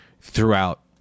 throughout